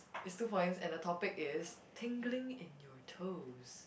is two points and the topic is tingling in your toes